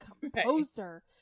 composer